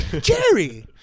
Jerry